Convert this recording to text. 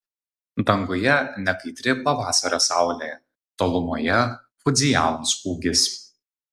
danguje nekaitri pavasario saulė tolumoje fudzijamos kūgis